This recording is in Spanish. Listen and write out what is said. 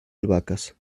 albahacas